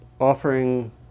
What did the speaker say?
offering